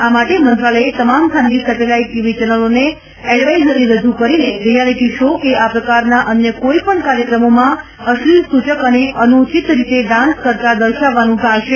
આ માટે મંત્રાલયે તમામ ખાનગી સેટેલાઇટ ટીવી ચેનલોને એડવાઇઝરી રજૂ કરીને રીયાલીટી શો કે આ પ્રકારનાં અન્ય કોઇ પણ કાર્યક્રમોમાં અશ્લિલ સૂચક અને અનુચિત રીતે ડાન્સ કરતાં દર્શાવવાનું ટાળશે